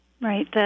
Right